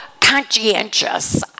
conscientious